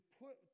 put